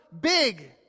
big